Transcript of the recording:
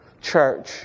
church